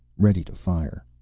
ready to fire.